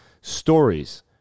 Stories